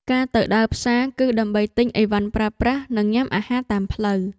ការទៅដើរផ្សារ គឺដើម្បីទិញឥវ៉ាន់ប្រើប្រាស់ និងញ៉ាំអាហារតាមផ្លូវ។